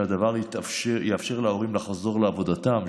שהדבר יאפשר להורים לחזור לעבודתם,